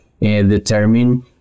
determine